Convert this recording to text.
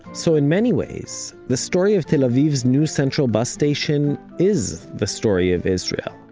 so in many ways, the story of tel aviv's new central bus station is the story of israel.